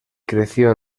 creció